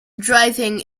driving